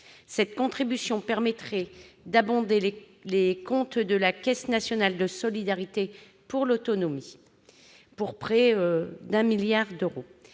Cette contribution permettrait d'abonder les comptes de la Caisse nationale de solidarité pour l'autonomie d'un montant proche de 1 milliard d'euros.